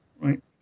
right